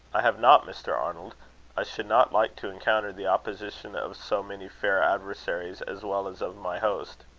i have not, mr. arnold i should not like to encounter the opposition of so many fair adversaries, as well as of my host.